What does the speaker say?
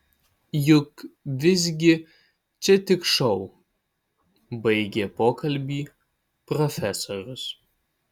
juk visgi čia tik šou baigė pokalbį profesorius